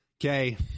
Okay